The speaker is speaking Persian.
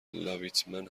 لاویتمن